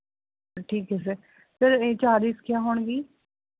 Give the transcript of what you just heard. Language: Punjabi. ਠੀਕ ਹੈ ਸਰ ਸਰ ਇਹ ਚਾਰਜਿਸ ਕੀ ਹੋਣਗੇ ਜੀ